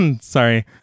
Sorry